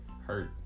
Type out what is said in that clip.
Hurt